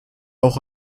auch